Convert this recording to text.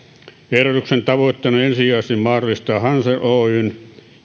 ehdotuksen tavoitteena on ensisijaisesti mahdollistaa hansel oyn